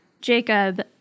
Jacob